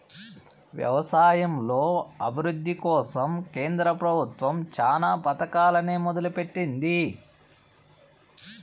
వ్యవసాయంలో అభివృద్ది కోసం కేంద్ర ప్రభుత్వం చానా పథకాలనే మొదలు పెట్టింది